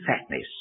fatness